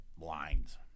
lines